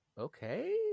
okay